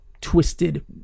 twisted